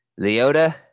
Leota